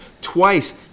Twice